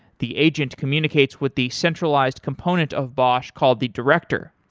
the agent communicates with the centralized component of bosh called the director.